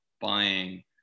buying